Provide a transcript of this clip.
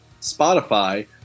Spotify